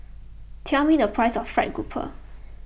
tell me the price of Fried Grouper